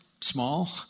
small